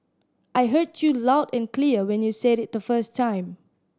I heard you loud and clear when you said it the first time